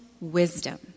wisdom